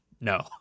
No